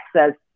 access